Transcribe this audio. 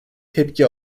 tepki